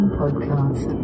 podcast